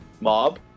mob